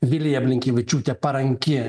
vilija blinkevičiūtė paranki